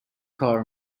کار